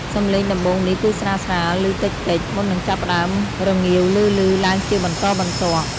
សំឡេងដំបូងនេះគឺស្រាលៗលឺតិចៗ មុននឹងចាប់ផ្តើមរងាវឮៗឡើងជាបន្តបន្ទាប់។